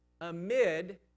amid